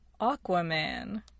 Aquaman